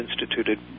instituted